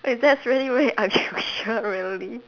eh that's really very unusual really